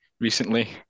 recently